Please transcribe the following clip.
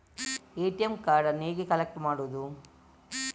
ATM ಕಾರ್ಡನ್ನು ಹೇಗೆ collect ಮಾಡುವುದು?